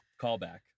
callback